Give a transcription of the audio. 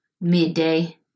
midday